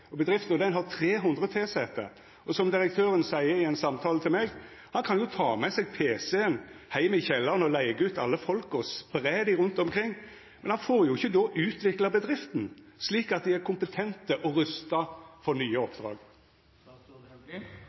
har 300 tilsette, og som direktøren seier i ein samtale med meg: Han kan jo ta med seg pc-en heim i kjellaren og leiga ut alle folka, spreia dei rundt omkring, men då får han ikkje utvikla bedrifta, slik at dei er kompetente og rusta for nye oppdrag.